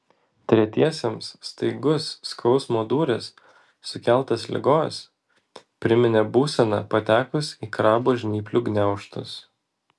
tretiesiems staigus skausmo dūris sukeltas ligos priminė būseną patekus į krabo žnyplių gniaužtus